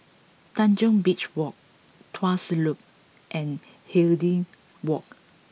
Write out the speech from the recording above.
Tanjong Beach Walk Tuas Loop and Hindhede Walk